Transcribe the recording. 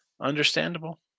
Understandable